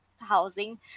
housing